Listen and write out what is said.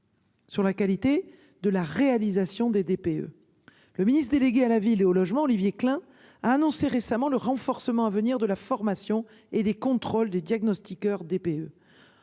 Sur la qualité de la réalisation des DPE. Le ministre délégué à la ville et au logement Olivier Klein a annoncé récemment le renforcement à venir de la formation et des contrôles des diagnostiqueurs DPE.